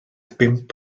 bump